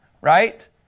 Right